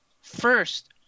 first